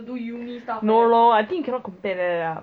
no lor I think you cannot compare like that ah